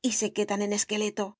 y se quedan en esqueleto